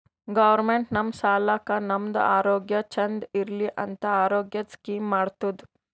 government ನಮ್ ಸಲಾಕ್ ನಮ್ದು ಆರೋಗ್ಯ ಚಂದ್ ಇರ್ಲಿ ಅಂತ ಆರೋಗ್ಯದ್ ಸ್ಕೀಮ್ ಮಾಡ್ತುದ್